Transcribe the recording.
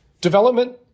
Development